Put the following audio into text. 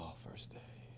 ah first day,